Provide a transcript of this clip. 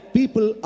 people